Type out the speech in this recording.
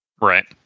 Right